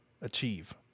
achieve